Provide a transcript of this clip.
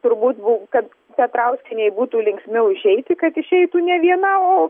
turbūt bu kad petrauskienei būtų linksmiau išeiti kad išeitų ne viena o